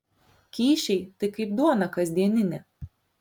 kyšiai tai kaip duona kasdieninė